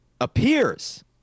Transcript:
appears